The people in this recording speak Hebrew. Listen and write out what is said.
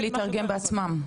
מתחילים להתארגן בעצמם.